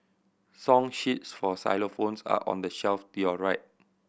song sheets for xylophones are on the shelf to your right